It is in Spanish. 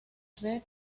reed